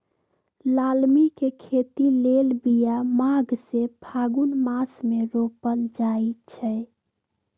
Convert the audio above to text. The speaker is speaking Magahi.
लालमि के खेती लेल बिया माघ से फ़ागुन मास मे रोपल जाइ छै